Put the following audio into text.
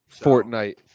Fortnite